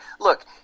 look